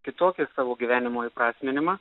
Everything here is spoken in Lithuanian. kitokį savo gyvenimo įprasminimą